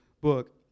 book